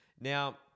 Now